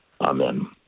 Amen